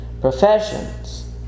professions